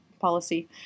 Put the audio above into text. policy